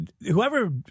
Whoever